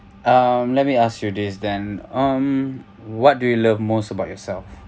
um let me ask you this then um what do you love most about yourself